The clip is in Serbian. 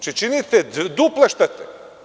Činite duple štete.